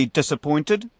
disappointed